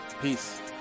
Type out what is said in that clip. peace